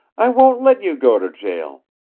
i won't let you go to jail.